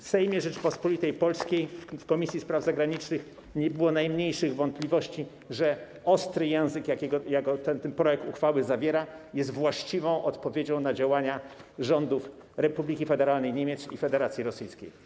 W Sejmie Rzeczypospolitej Polskiej w Komisji Spraw Zagranicznych nie było najmniejszych wątpliwości, że ostry język, jaki zawiera ten projekt uchwały, jest właściwą odpowiedzią na działania rządów Republiki Federalnej Niemiec i Federacji Rosyjskiej.